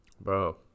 Bro